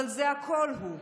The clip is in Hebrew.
אבל זה הכול הוא,